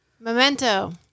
Memento